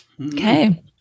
okay